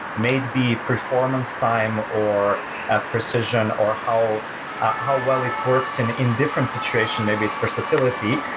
may it be performance time or ah precision or how how well it works, and in different situation, maybe it's versatility.